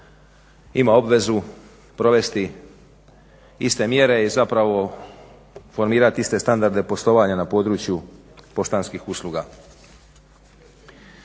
ima obvezu provesti iste mjere i zapravo formirati iste standarde poslovanja na području poštanskih usluga.